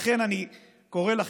לכן אני קורא לכם: